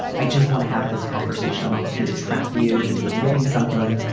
i just want to have this conversation. i'm not looking to trap you into admitting something.